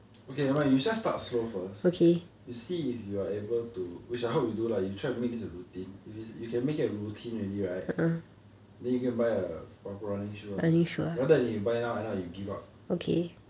okay never mind you just start slow first you see if you are able to which I hope you do lah you try to make this a routine if you can make it a routine already right then you can buy a proper running shoe ah rather than you buy now then you give up